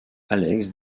alex